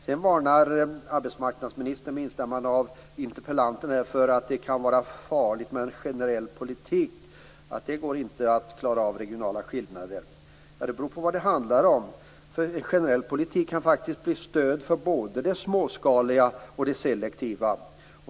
Sedan varnade arbetsmarknadsministern, med instämmande av interpellanten, för att det kan vara farligt med en generell politik, att det inte går att klara av regionala skillnader. Det beror på vad det handlar om. Generell politik kan bli stöd för både det småskaliga och det selektiva.